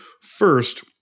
first